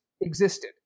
existed